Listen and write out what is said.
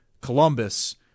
Columbus